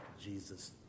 Jesus